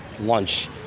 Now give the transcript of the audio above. lunch